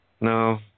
No